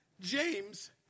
James